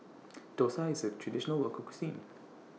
Dosa IS A Traditional Local Cuisine